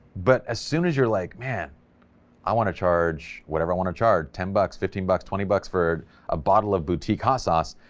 but as soon as you're like man i want to charge whatever, i want to charge ten bucks, fifteen bucks, twenty bucks for a bottle of boutique hot sauce,